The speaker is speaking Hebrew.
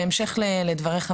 בהמשך לדבריך,